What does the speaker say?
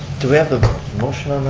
do we have a motion on